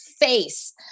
face